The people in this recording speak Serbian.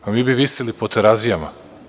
Pa, mi bi visili po Terazijama.